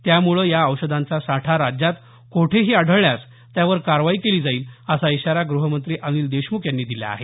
त्यामुळे या औषधांचा साठा राज्यात कोठेही आढळल्यास त्यावर कारवाई केली जाईल असा इशारा ग्रहमंत्री अनिल देशमुख यांनी दिला आहे